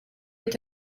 est